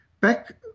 back